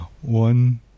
one